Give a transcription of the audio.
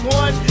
one